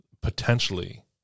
potentially